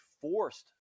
forced